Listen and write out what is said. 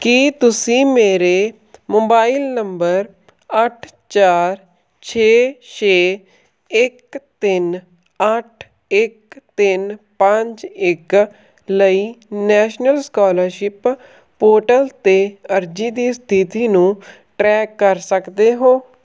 ਕੀ ਤੁਸੀਂ ਮੇਰੇ mobile number ਅੱਠ ਚਾਰ ਛੇ ਛੇ ਇੱਕ ਤਿੰਨ ਅੱਠ ਇੱਕ ਤਿੰਨ ਪੰਜ ਇੱਕ ਲਈ ਨੈਸ਼ਨਲ ਸਕਾਲਰਸ਼ਿਪ ਪੋਰਟਲ 'ਤੇ ਅਰਜ਼ੀ ਦੀ ਸਥਿਤੀ ਨੂੰ ਟਰੈਕ ਕਰ ਸਕਦੇ ਹੋ